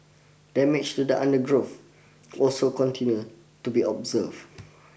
damage to the undergrowth also continue to be observe